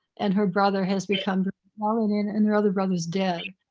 and her brother has become normal i mean and their other brother's dead.